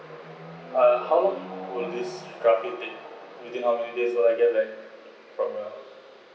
uh how long will this roughly take within how many days so I get back form the